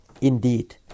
indeed